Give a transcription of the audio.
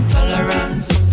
Tolerance